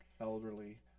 elderly